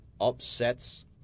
upsets